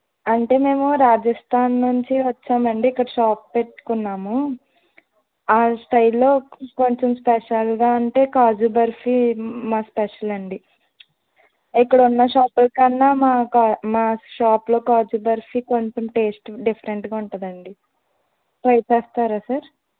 అంటే మేము రాజస్థాన్ నుంచి వచ్చామండి ఇక్కడ షాప్ పెట్టుకున్నాము ఆ స్టైల్లో కొంచెం స్పెషల్గా అంటే కాజు బర్ఫీ మా స్పెషల్ అండి ఇక్కడ ఉన్న షాపులకన్నా మాకా మా షాప్లో కాజు బర్ఫీ కొంచెం టేస్ట్ డిఫరెంట్గా ఉంటుందండి ట్రై చేస్తారా సార్